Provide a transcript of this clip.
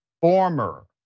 former